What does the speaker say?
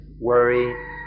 worry